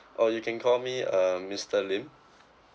oh you can call me uh mister lim